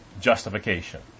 justification